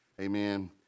amen